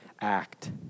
act